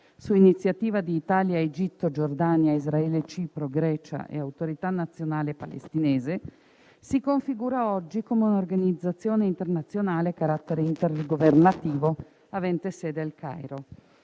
su iniziativa di Italia, Egitto, Giordania, Israele, Cipro, Grecia e Autorità nazionale palestinese, si configura oggi come un'organizzazione internazionale a carattere intergovernativo, avente sede al Cairo.